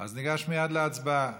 אז ניגש מייד להצבעה.